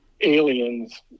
Aliens